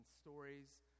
stories